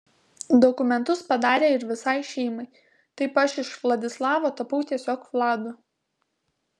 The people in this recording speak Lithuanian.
dokumentus padarė ir visai šeimai taip aš iš vladislavo tapau tiesiog vladu